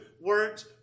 words